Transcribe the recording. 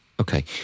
Okay